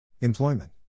Employment